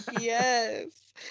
Yes